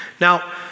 Now